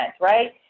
right